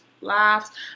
laughs